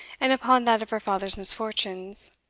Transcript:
and upon that of her father's misfortunes,